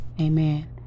Amen